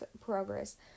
progress